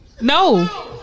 No